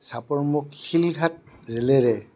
চাপৰমুখ শিলঘাট ৰেলেৰে